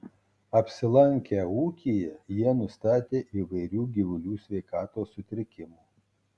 apsilankę ūkyje jie nustatė įvairių gyvulių sveikatos sutrikimų